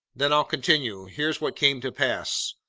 then i'll continue. here's what came to pass.